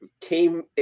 came